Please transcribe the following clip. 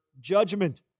judgment